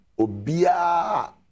Obia